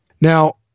Now